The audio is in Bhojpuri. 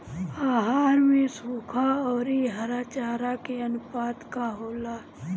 आहार में सुखा औरी हरा चारा के आनुपात का होला?